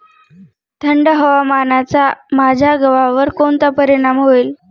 थंड हवामानाचा माझ्या गव्हावर कोणता परिणाम होईल?